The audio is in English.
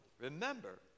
Remember